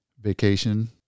Vacation